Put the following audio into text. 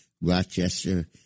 Rochester